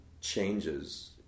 changes